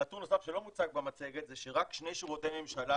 נתון נוסף שלא מוצג במצגת זה שרק שני שירותי ממשלה